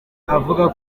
avuga